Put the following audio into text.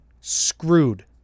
screwed